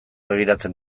begiratzen